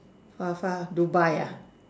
far far Dubai ah